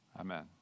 amen